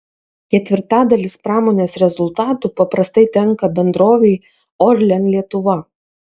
ketvirtadalis pramonės rezultatų paprastai tenka bendrovei orlen lietuva